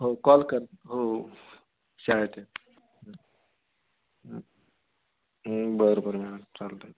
हो कॉल कर हो हो शाळेत बरं बरं मॅडम चालतं